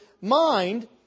mind